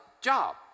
job